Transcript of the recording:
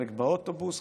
חלק באוטובוס,